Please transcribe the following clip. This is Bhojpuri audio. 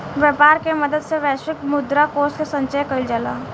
व्यापर के मदद से वैश्विक मुद्रा कोष के संचय कइल जाला